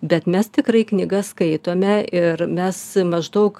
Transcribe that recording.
bet mes tikrai knygas skaitome ir mes maždaug